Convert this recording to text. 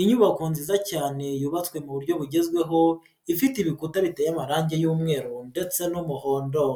Inyubako nziza cyane yubatswe mu buryo bugezweho ifite ibikuta biteye amarange y'umweru ndetse n'umuhondo,